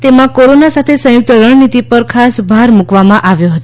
તેમાં કોરોના સાથે સંયુક્ત રણનીતિ પર ભાર મૂકવામાં આવ્યો હતો